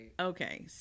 okay